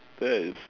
that is